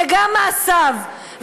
וגם מעשיו.